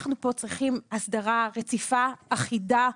אנחנו פה צריכים הסדרה רציפה, אחידה.